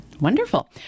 Wonderful